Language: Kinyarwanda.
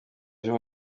ejo